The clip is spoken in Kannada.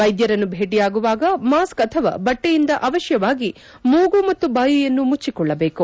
ವೈದ್ಯರನ್ನು ಭೇಟಿಯಾಗುವಾಗ ಮಾಸ್ಕ್ ಅಥವಾ ಬಟ್ಟೆಯಿಂದ ಅವಶ್ಯವಾಗಿ ಮೂಗು ಮತ್ತು ಬಾಯಿಯನ್ನು ಮುಚ್ಚಿಕೊಳ್ಳಬೇಕು